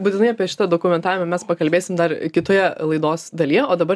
būtinai apie šitą dokumentavimą mes pakalbėsim dar kitoje laidos dalyje o dabar